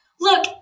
Look